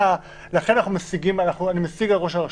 אני משיג על ראש הרשות,